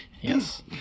Yes